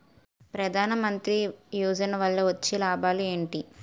ప్రధాన మంత్రి యోజన వల్ల వచ్చే లాభాలు ఎంటి?